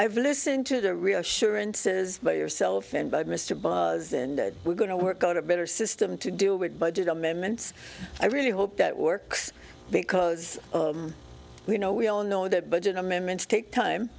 i've listened to the reassurances by yourself and by mr buzz and we're going to work out a better system to deal with budget amendments i really hope that works because you know we all know that budget amendments take time